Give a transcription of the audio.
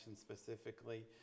specifically